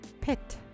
pet